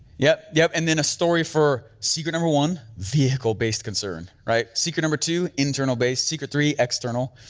yep yep and then a story for secret number one, vehicle based concern, right. secret number two internal base, secret three external.